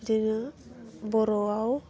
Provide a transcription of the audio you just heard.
बिदिनो बर'वाव